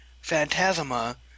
Phantasma